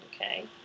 Okay